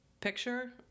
picture